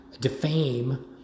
defame